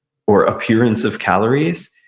or appearance of calories.